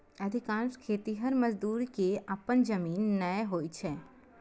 अधिकांश खेतिहर मजदूर कें अपन जमीन नै होइ छै